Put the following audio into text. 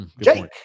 Jake